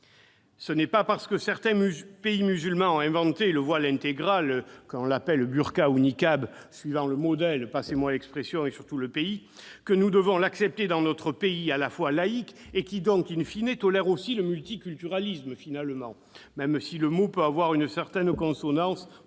Ce n'est pas parce que certains pays musulmans ont inventé le voile intégral, qu'on l'appelle burqa ou niqab suivant le « modèle »- passez-moi l'expression -et surtout le pays, que nous devons l'accepter dans notre pays laïc, lequel tolère, ,aussi le multiculturalisme, même si le mot peut avoir une consonance